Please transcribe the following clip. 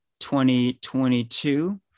2022